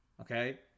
okay